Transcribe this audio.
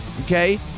okay